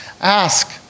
Ask